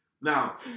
Now